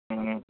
ହୁଁ